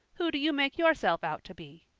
who do you make yourself out to be?